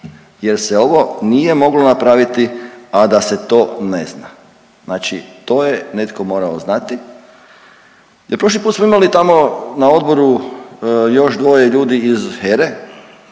jer se ovo nije moglo napraviti, a da se to ne zna, znači to je netko morao znati. Jer prošli put smo imali tamo na odboru još dvoje ljudi iz HERA-e